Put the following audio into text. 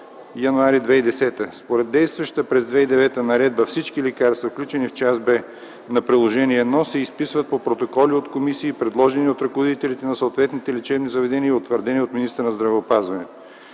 януари 2010 г. Според действащата през 2009 г. наредба всички лекарства, включени в Част Б на Приложение № 1, се изписват по протоколи от комисии, предложени от ръководителите на съответните лечебни заведения и утвърдени от министъра на здравеопазването.